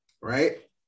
right